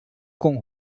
com